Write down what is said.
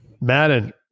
Madden